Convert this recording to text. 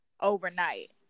overnight